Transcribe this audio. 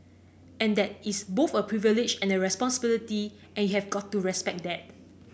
and that is both a privilege and a responsibility and you have got to respect that